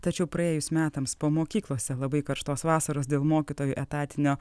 tačiau praėjus metams po mokyklose labai karštos vasaros dėl mokytojų etatinio